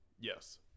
yes